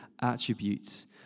attributes